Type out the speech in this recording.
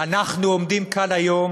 אנחנו עומדים כאן היום,